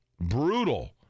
brutal